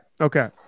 Okay